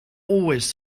always